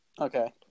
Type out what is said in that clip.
Okay